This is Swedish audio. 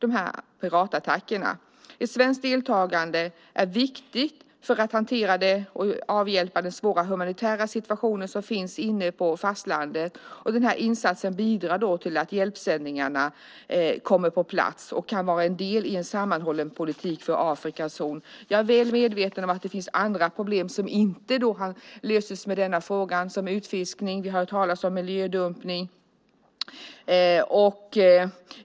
Ett svenskt deltagande är viktigt för att hantera och avhjälpa den svåra humanitära situationen inne på fastlandet. Insatsen bidrar till att hjälpsändningarna kommer på plats och kan vara en del i en sammanhållen politik för Afrikas horn. Jag är väl medveten om att det finns andra problem som inte löses med denna insats, som utfiskning och, som vi har hört talas om, miljödumpning.